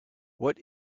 what